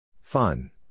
Fun